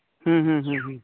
ᱦᱮᱸ ᱦᱮᱸ ᱦᱮᱸ ᱦᱮᱸ